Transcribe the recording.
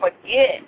forget